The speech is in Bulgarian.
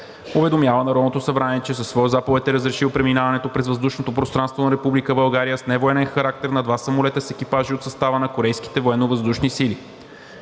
уведомява Народното събрание, че със своя заповед е разрешил преминаването през въздушното пространство на Република България с невоенен характер на два самолета с екипажи от състава на корейските Военновъздушни сили.